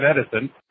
Edison